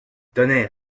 tonnerre